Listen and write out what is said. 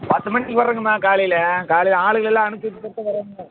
பத்து மணிக்கு வரேங்கம்மா காலையில் காலையில் ஆளுங்களலாம் அனுப்பிச்சி விட்டுட்டு வரேங்க